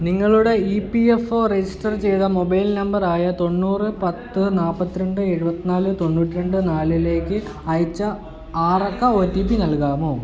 നിങ്ങളുടെ E P F O register ചെയ്ത mobile number ആയ തൊണ്ണൂറ് പത്ത് നാൾപ്പത്തിരണ്ട് എഴുപത്തിനാല് തൊണ്ണൂറ്റിരണ്ട് നാലിലേക്ക് അയച്ച ആറക്ക ഒ ടി പി നൽകാമോ